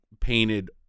painted